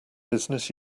business